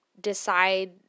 decide